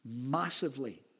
massively